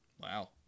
wow